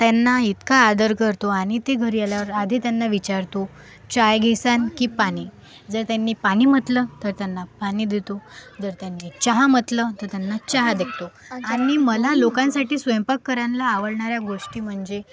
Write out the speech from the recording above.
त्यांना इतका आदर करतो आणि ते घरी आल्यावर आधी त्यांना विचारतो चाय घेसान की पाणी जर त्यांनी पाणी म्हटलं तर त्यांना पाणी देतो जर त्यांनी चहा म्हटलं तर त्यांना चहा देतो आणि मला लोकांसाठी स्वयंपाक करायला आवडणाऱ्या गोष्टी म्हणजे